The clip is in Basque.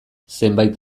zenbait